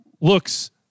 looks